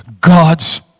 God's